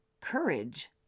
courage